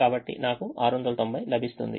కాబట్టి నాకు 690 లభిస్తుంది